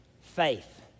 faith